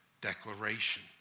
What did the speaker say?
declaration